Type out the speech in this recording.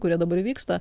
kurie dabar vyksta